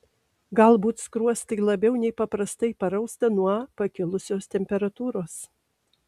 galbūt skruostai labiau nei paprastai parausta nuo pakilusios temperatūros